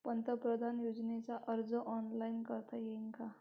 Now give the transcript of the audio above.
पंतप्रधान योजनेचा अर्ज ऑनलाईन करता येईन का?